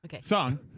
Song